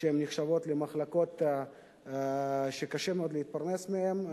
שהן נחשבות למחלקות שקשה מאוד להתפרנס מהן.